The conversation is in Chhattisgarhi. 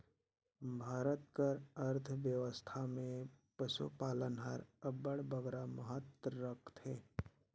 भारत कर अर्थबेवस्था में पसुपालन हर अब्बड़ बगरा महत रखथे